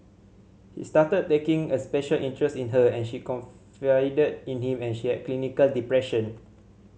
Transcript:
he started taking a special interest in her and she confided in him and she had clinical depression